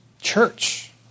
church